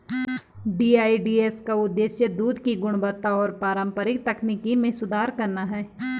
DEDS का उद्देश्य दूध की गुणवत्ता और पारंपरिक तकनीक में सुधार करना है